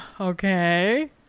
Okay